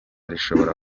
rishobora